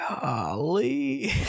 Golly